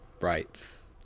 rights